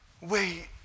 wait